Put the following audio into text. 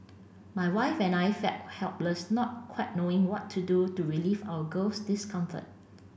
my wife and I felt helpless not quite knowing what to do to relieve our girl's discomfort